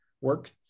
work